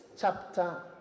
chapter